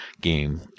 game